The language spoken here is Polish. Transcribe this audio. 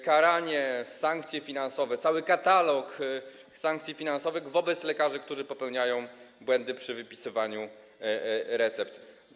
Karanie, sankcje finansowe, cały katalog sankcji finansowych wobec lekarzy, którzy popełniają błędy przy wypisywaniu recept.